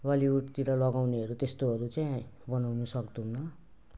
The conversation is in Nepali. बलिउडतिर लगाउनेहरू त्यस्तोहरू चाहिँ बनाउनु सक्दैनौँ